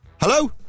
Hello